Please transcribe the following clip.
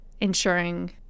ensuring